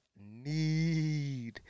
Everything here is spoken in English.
need